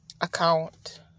account